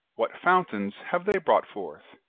what fountains have they brought forth?